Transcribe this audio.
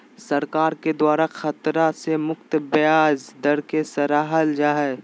सरकार के द्वारा खतरा से मुक्त ब्याज दर के सराहल जा हइ